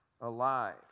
alive